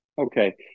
Okay